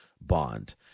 Bond